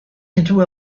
into